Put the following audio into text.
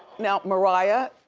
now mariah,